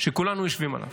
שכולנו יושבים עליו.